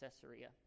Caesarea